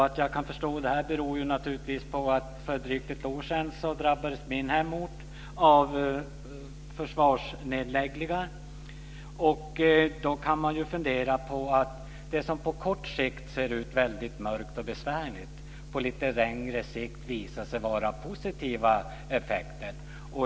Att jag kan förstå det beror naturligtvis på att för drygt ett år sedan drabbades min hemort av försvarsnedläggningar. Det som på kort sikt ser väldigt mörkt och besvärligt ut, kan på lite längre sikt visa sig ge positiva effekter.